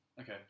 okay